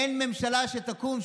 אין ממשלה שתקום,